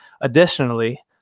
Additionally